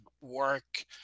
work